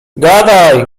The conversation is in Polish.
gadaj